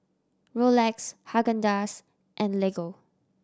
Rolex Haagen Dazs and Lego